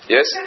Yes